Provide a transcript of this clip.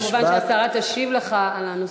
כמובן, השרה תשיב לך על הנושא.